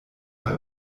bei